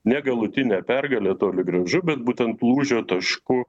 ne galutine pergale toli gražu bet būtent lūžio tašku